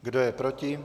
Kdo je proti?